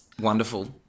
wonderful